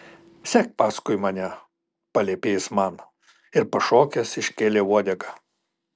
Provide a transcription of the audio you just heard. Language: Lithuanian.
sek paskui mane paliepė jis man ir pašokęs iškėlė uodegą